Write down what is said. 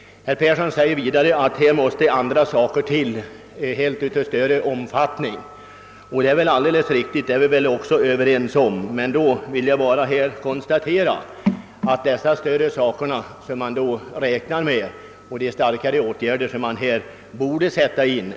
Enligt herr Persson i Skänninge måste andra åtgärder till, helst i större omfattning. Detta är alldeles riktigt. Men då vill jag konstatera att man inte i tillräcklig omfattning tagit till de kraftigare åtgärder som man bort tillgripa.